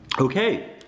Okay